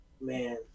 man